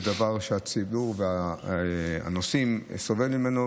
זה דבר שהציבור הנוסעים סובל ממנו,